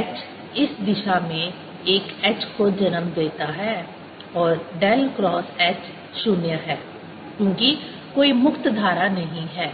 h इस दिशा में एक h को जन्म देता है और डेल क्रॉस h 0 है क्योंकि कोई मुक्त धारा नहीं है